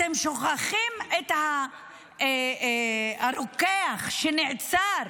אתם שוכחים את הרוקח שנעצר